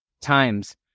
times